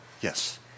Yes